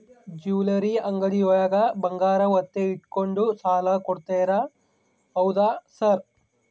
Jewellery ಅಂಗಡಿಯೊಳಗ ಬಂಗಾರ ಒತ್ತೆ ಇಟ್ಕೊಂಡು ಸಾಲ ಕೊಡ್ತಾರಂತೆ ಹೌದಾ ಸರ್?